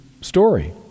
story